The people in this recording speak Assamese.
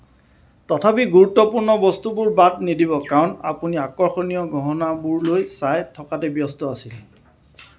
তথাপি গুৰুত্বপূৰ্ণ বস্তুবোৰ বাদ নিদিব কাৰণ আপুনি আকৰ্ষণীয় গহনাবোৰলৈ চাই থকাতে ব্যস্ত আছিল